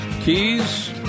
Keys